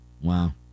Wow